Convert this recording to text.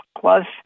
Plus